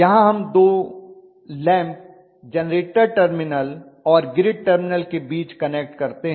यहां हम 2 lamp generator terminal और ग्रिड टर्मिनल के बीच कनेक्ट करते हैं